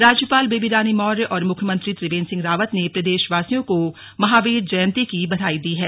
राज्यपाल बेबीरानी मौर्य और मुख्यमंत्री त्रिवेन्द्र सिंह रावत ने प्रदेशवासियों को महावीर जयन्ती की बधाई दी है